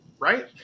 Right